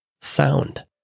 Sound